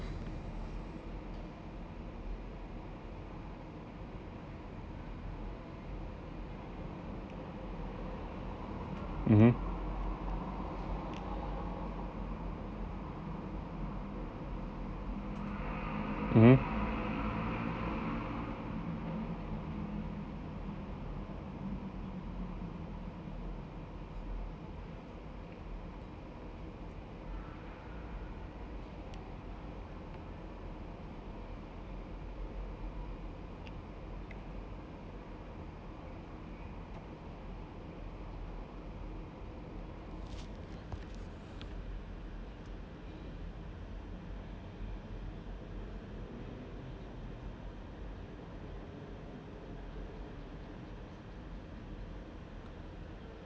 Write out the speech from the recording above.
mmhmm mmhmm